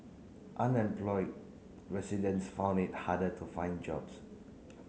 unemployed residents found it harder to find jobs